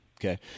okay